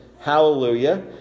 hallelujah